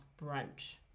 brunch